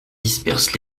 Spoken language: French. disperse